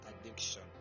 addiction